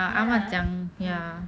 ya mm